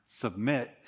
submit